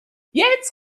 jetzt